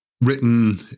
written